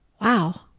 Wow